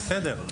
בסדר.